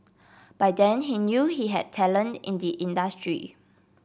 by then he knew he had talent in the industry